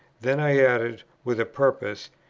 then i added, with a purpose,